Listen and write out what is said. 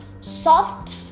soft